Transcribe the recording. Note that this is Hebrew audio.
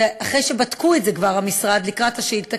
אחרי שכבר בדקו את זה במשרד בגלל השאילתה,